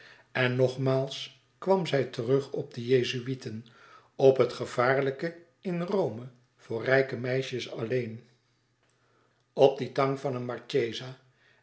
en nogmaals kwam zij terug op de jezuïeten op het gevaarlijke in rome voor rijke meisjes alleen op die tang van een marchesa